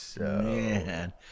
man